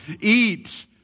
eat